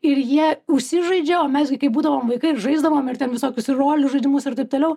ir jie užsižaidžia o mes gi kai būdavom vaikai ir žaisdavom ir ten visokius ir rolių žaidimus ir taip toliau